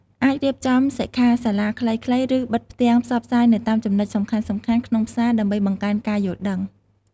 អាចរៀបចំសិក្ខាសាលាខ្លីៗ ឬបិទផ្ទាំងផ្សព្វផ្សាយនៅតាមចំណុចសំខាន់ៗក្នុងផ្សារដើម្បីបង្កើនការយល់ដឹង។